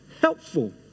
helpful